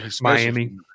Miami